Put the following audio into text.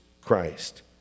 Christ